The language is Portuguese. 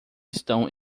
estão